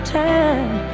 time